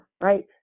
right